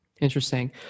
interesting